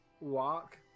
walk